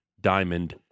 Diamond